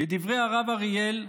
לדברי הרב אריאל,